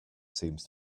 seems